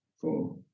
four